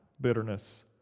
bitterness